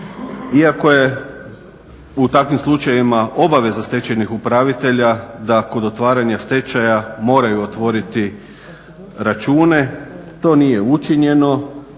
Iako je u takvim slučajevima obaveza stečajnih upravitelja da kod otvaranja stečaja moraju otvoriti račune to nije učinjeno